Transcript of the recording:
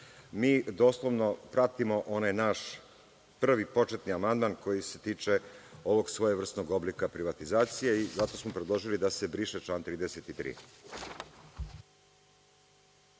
Mi doslovno pratimo onaj naš prvi početni amandman koji se tiče ovog svojevrsnog oblika privatizacije i zato smo predložili da se briše član 33.